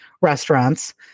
restaurants